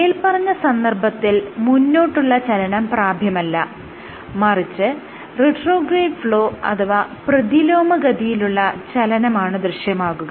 മേല്പറഞ്ഞ സന്ദർഭത്തിൽ മുന്നോട്ടുള്ള ചലനം പ്രാപ്യമല്ല മറിച്ച് റിട്രോഗ്രേഡ് ഫ്ലോ അഥവാ പ്രതിലോമഗതിയിലുള്ള ചലനമാണ് ദൃശ്യമാകുക